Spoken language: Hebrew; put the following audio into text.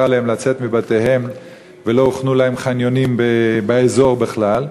עליהם לצאת מבתיהם ולא הוכנו להם חניונים באזור בכלל?